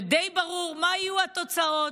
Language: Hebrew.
ודי ברור מה יהיו התוצאות.